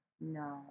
no